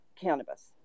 cannabis